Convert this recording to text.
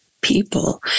people